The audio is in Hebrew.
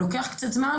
לוקח קצת זמן,